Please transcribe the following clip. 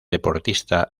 deportista